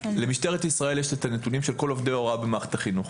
למשטרת ישראל יש את הנתונים של כל עובדי ההוראה במערכת החינוך